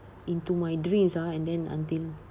into my dreams ah and then until